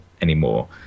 anymore